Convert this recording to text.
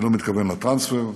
אני לא מתכוון לטרנספר,